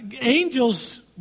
angels